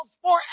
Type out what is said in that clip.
forever